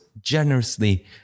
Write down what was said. generously